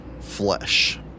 flesh